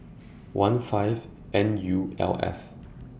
one five N U L F